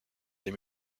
des